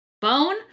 bone